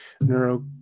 Neuro